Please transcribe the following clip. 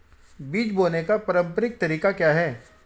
बीज बोने का पारंपरिक तरीका क्या है?